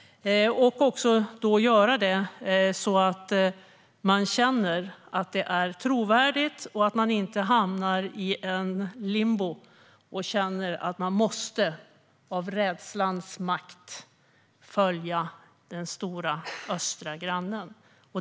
Vi ska göra det på ett trovärdigt sätt, så att man inte hamnar i limbo och känner att man på grund av rädslans makt måste följa den stora östra grannen.